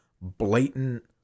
blatant